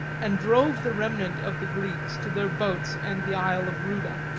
and drove the remnant of the greeks to their boats and the isle of rouda.